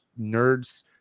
nerds